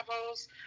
levels